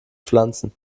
pflanzen